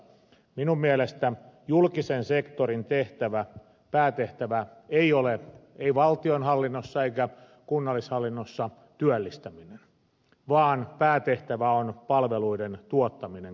minun mielestäni julkisen sektorin päätehtävä ei ole ei valtionhallinnossa eikä kunnallishallinnossa työllistäminen vaan päätehtävä on palveluiden tuottaminen kansalaisille